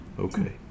Okay